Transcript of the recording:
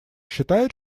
считает